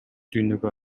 дүйнөгө